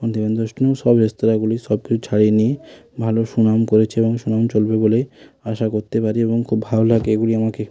Devendra restaurant সব রেস্তোরাঁগুলি সব কিছু ছাড়ে নি ভালো সুনাম করেছে এবং সুনাম চলবে বলে আশা করতে পারি এবং খুব ভালো লাগে এগুলি আমাকে